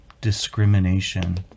discrimination